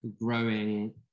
growing